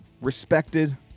respected